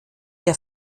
der